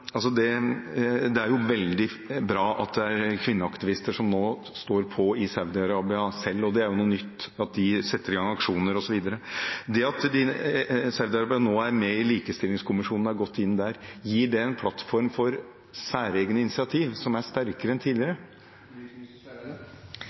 Det er veldig bra at det er kvinneaktivister som nå står på i Saudi-Arabia selv, det er jo noe nytt at de setter i gang aksjoner osv., så jeg vil spørre: Gir det at Saudi-Arabia nå er med i likestillingskommisjonen, er gått inn der, en plattform for særegne initiativ som er sterkere enn tidligere?